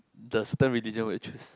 the certain religion will choose